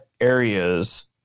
areas